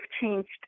changed